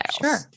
Sure